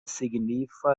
signifa